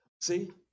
See